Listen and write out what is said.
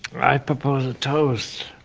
i propose a toast.